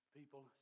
people